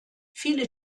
viele